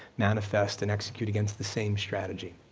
manifest and execute against the same strategy.